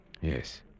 Yes